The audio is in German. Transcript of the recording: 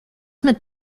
mit